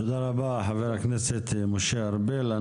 תודה רבה חבר הכנסת משה ארבל.